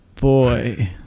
boy